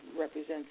represents